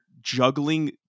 juggling